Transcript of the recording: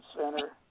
Center